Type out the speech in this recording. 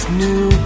new